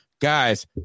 Guys